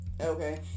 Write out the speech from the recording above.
okay